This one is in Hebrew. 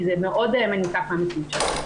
כי זה מאוד מנותק מהמציאות.